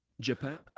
japan